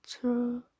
true